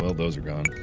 ah those are gone